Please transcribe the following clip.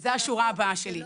זו השורה הבאה שלי.